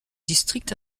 district